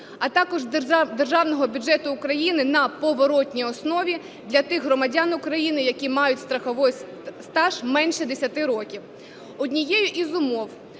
а також державного бюджету України на поворотній основі – для тих громадян України, які мають страховий стаж менше 10 років. Однією із умов